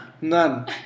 None